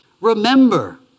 Remember